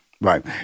Right